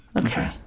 Okay